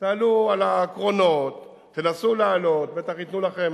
תעלו על הקרונות, תנסו לעלות, בטח ייתנו לכם